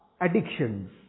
addictions